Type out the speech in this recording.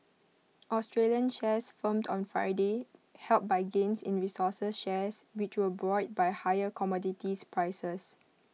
Australian shares firmed on Friday helped by gains in resources shares which were buoyed by higher commodities prices